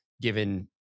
given